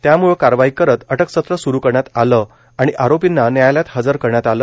त्यामुळं कारवाई करत अटकसत्र सुरू करण्यात आलं आणि आरोपींना न्यायालयात हजर करण्यात आलं